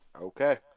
Okay